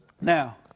Now